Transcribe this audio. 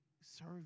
serve